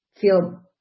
feel